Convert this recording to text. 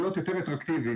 להיות יותר אטרקטיביים.